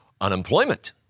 Unemployment